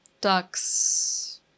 Ducks